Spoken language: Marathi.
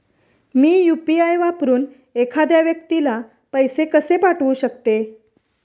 मी यु.पी.आय वापरून एखाद्या व्यक्तीला पैसे कसे पाठवू शकते?